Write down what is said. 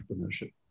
entrepreneurship